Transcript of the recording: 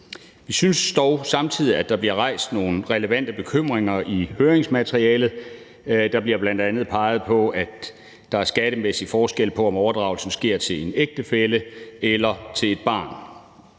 Vi synes dog samtidig, at der bliver rejst nogle relevante bekymringer i høringsmaterialet. Der bliver bl.a. peget på, at der er en skattemæssig forskel på, om overdragelsen sker til en ægtefælle eller til et barn,